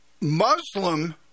Muslim